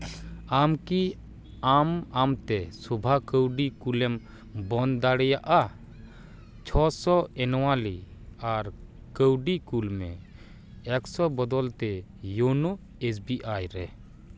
ᱟᱢ ᱠᱤ ᱟᱢᱼᱟᱢ ᱛᱮ ᱥᱚᱵᱷᱟ ᱠᱟᱹᱣᱰᱤ ᱠᱩᱞᱮᱢ ᱵᱚᱱᱫ ᱫᱟᱲᱮᱭᱟᱜᱼᱟ ᱪᱷᱚᱥᱚ ᱮᱱᱩᱣᱟᱞᱤ ᱟᱨ ᱠᱟᱹᱣᱰᱤ ᱠᱩᱞ ᱢᱮ ᱮᱠᱥᱚ ᱵᱚᱫᱚᱞ ᱛᱮ ᱤᱭᱳᱱᱳ ᱮᱥ ᱵᱤ ᱟᱭ ᱨᱮ